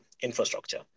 infrastructure